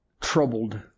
troubled